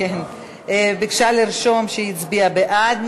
ביקשה לרשום שהיא הצביעה בעד.